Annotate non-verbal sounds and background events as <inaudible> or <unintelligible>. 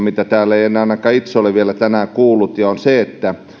<unintelligible> mitä täällä en ainakaan itse ole vielä tänään kuullut se on se kun